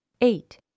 eight